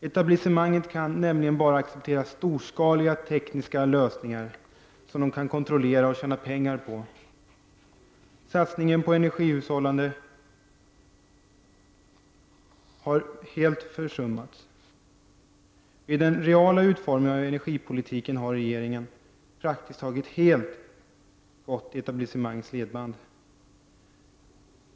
Etablissemanget kan nämligen bara acceptera storskaliga tekniska lösningar som det kan kontrollera och tjäna pengar på. Satsningen på energihushållande har också försummats. Vid den reala utformningen av energipolitiken har regeringen praktiskt taget helt gått i etablissemangets ledband.